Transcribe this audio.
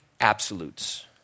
absolutes